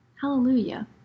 Hallelujah